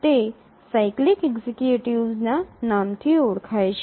તે cyclic executives ના નામથી ઓળખાય છે